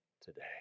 today